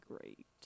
great